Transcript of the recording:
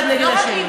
בטח לא אחד נגד השני.